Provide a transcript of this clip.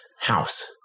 house